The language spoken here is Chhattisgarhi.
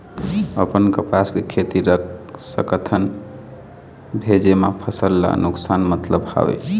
अपन कपास के खेती रख सकत हन भेजे मा फसल ला नुकसान मतलब हावे?